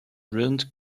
ruined